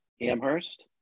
Amherst